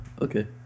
Okay